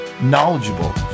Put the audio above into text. knowledgeable